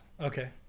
Okay